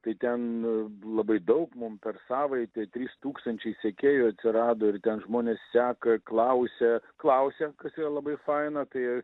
tai ten labai daug mum per savaitę trys tūkstančiai sekėjų atsirado ir ten žmonės seka klausia klausia kas yra labai faina tai